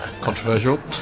Controversial